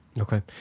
Okay